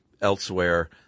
elsewhere